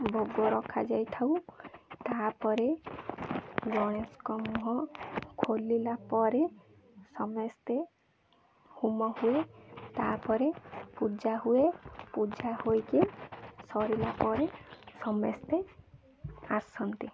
ଭୋଗ ରଖା ଯାଇଥାଉ ତା'ପରେ ଗଣେଶଙ୍କ ମୁହଁ ଖୋଲିଲା ପରେ ସମସ୍ତେ ହୋମ ହୁଏ ତା'ପରେ ପୂଜା ହୁଏ ପୂଜା ହୋଇକି ସରିଲା ପରେ ସମସ୍ତେ ଆସନ୍ତି